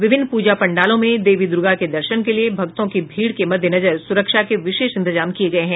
विभिन्न पूजा पंडालों में देवी दुर्गा के दर्शन के लिए भक्तों की भीड़ के मद्देनजर सुरक्षा के विशेष इंतजाम किये गये हैं